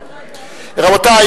רבותי,